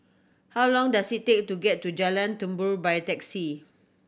how long does it take to get to Jalan Tambur by taxi